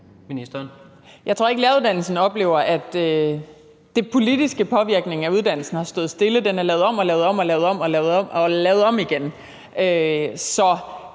Jeg tror ikke, at læreruddannelsen oplever, at den politiske påvirkning af uddannelsen har stået stille. Den er lavet om og lavet om og lavet om – og lavet om igen.